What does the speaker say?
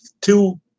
two